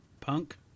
Punk